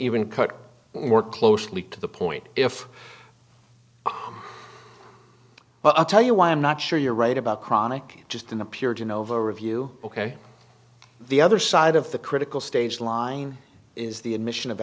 even cut more closely to the point if but i'll tell you why i'm not sure you're right about chronic just in a pure genova review ok the other side of the critical stage line is the admission of